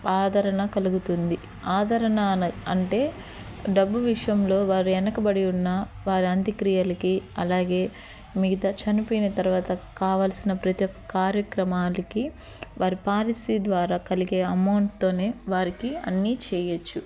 ఆదరణ కలుగుతుంది ఆదరణ అంటే డబ్బు విషయంలో వారు వెనకబడి ఉన్న వారి అంత్యక్రియలకి అలాగే మిగతా చనిపోయిన తర్వాత కావలసిన ప్రతి ఒక్క కార్యక్రమాలకి వారి పాలసీ ద్వారా కలిగే అమౌంట్తోనే వారికి అన్ని చెయ్యవచ్చు